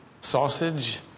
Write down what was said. sausage